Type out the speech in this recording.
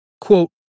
Quote